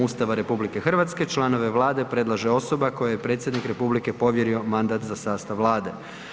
Ustava RH članove Vlade predlaže osoba koja je predsjednik republike povjerio mandat za sastav Vlade.